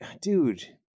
dude